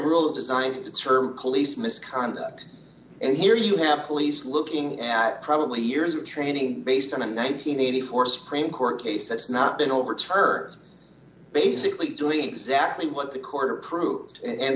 rule is designed to deter police misconduct and here you have police looking at probably years of training based on a nine hundred and eighty four supreme court case that's not been overturned basically doing exactly what the court proved and